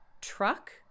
Truck